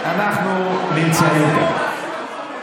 אנחנו נמצאים פה.